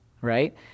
right